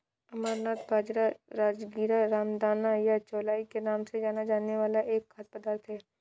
अमरनाथ बाजरा, राजगीरा, रामदाना या चौलाई के नाम से जाना जाने वाला एक खाद्य पदार्थ है